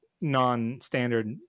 non-standard